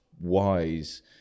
wise